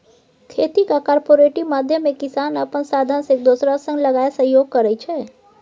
खेतीक कॉपरेटिव माध्यमे किसान अपन साधंश एक दोसरा संग लगाए सहयोग करै छै